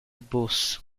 bus